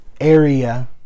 area